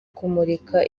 kumurika